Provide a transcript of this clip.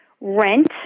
rent